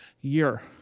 year